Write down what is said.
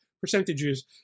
percentages